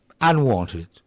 unwanted